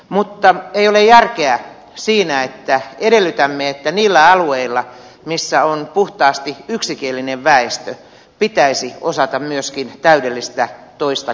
mutta ei ole järkeä siinä että edellytämme että niillä alueilla missä on puhtaasti yksikielinen väestö pitäisi osata myöskin täydellistä toista kotimaista kieltä